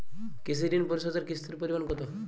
কৃষি ঋণ পরিশোধের কিস্তির পরিমাণ কতো?